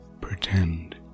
pretend